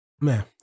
Man